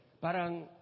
parang